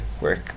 work